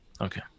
Okay